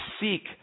seek